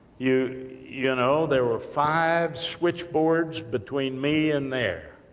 you you know, there were five switchboards between me, and there,